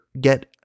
get